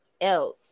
else